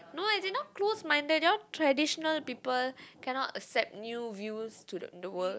no I did not close minded you all traditional people cannot accept new views to the the world